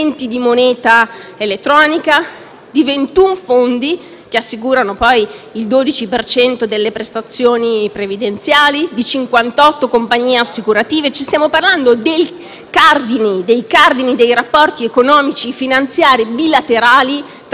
21 fondi (che assicurano poi il 12 per cento delle prestazioni previdenziali) e 58 compagnie assicurative. Stiamo parlando dei cardini dei rapporti economico-finanziari bilaterali tra Italia e